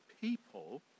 people